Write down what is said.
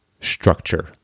structure